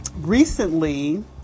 recently